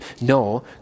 no